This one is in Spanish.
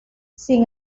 sin